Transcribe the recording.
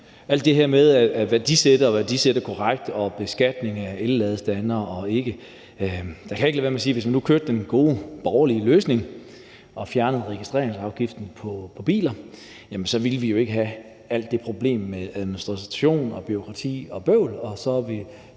alt det her med at værdisætte og værdisætte korrekt og beskatning af elladestandere eller ikke kan jeg ikke lade være med at sige, at hvis man nu kørte den gode borgerlige løsning og fjernede registreringsafgiften på biler, ville vi jo ikke have alle de problemer med administration, bureaukrati og bøvl, og så ville